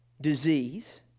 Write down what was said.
disease